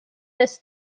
this